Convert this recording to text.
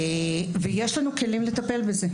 יש לנו כלים לטפל בזה.